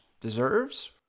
deserves